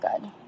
good